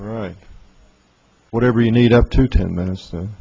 right whatever you need up to ten minutes